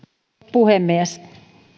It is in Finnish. puhemies